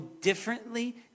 differently